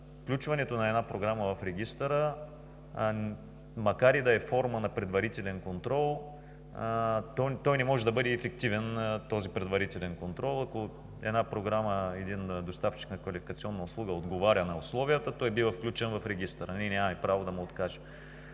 Включването на една програма в Регистъра, макар и да е форма на предварителен контрол, той не може да бъде ефективен – ако една програма, един доставчик на квалификационна услуга отговаря на условията, той бива включен в Регистъра, ние нямаме право да му откажем.